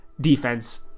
defense